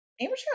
Amateur